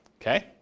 Okay